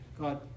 God